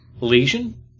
Lesion